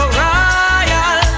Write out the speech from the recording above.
royal